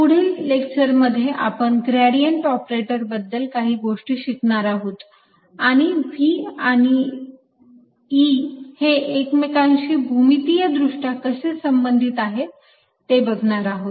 पुढील लेक्चर मध्ये आपण ग्रेडियंट ऑपरेटर बद्दल काही गोष्टी शिकणार आहोत आणि V आणि E हे एकमेकांशी भूमितीय दृष्ट्या असे संबंधित आहे ते बघणार आहोत